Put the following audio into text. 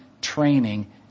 training